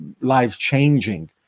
life-changing